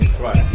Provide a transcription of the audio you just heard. right